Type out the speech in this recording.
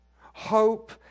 hope